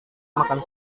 makan